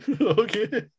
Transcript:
Okay